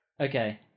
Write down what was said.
Okay